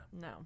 No